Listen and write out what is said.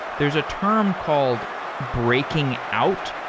there's a term called breaking out.